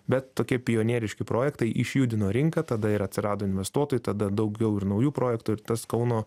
bet tokie pionieriški projektai išjudino rinką tada ir atsirado investuotojų tada daugiau ir naujų projektų ir tas kauno